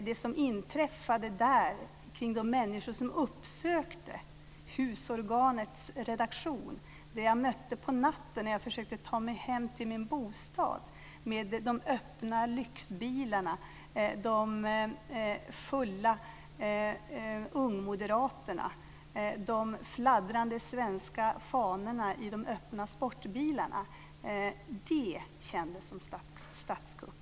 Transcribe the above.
Det som inträffade där kring de människor som uppsökte husorganets redaktion, det jag mötte på natten när jag försökte ta mig hem till min bostad med de öppna lyxbilarna, de fulla ungmoderaterna, de fladdrande svenska fanorna i de öppna sportbilarna, kändes som statskupp.